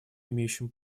имеющим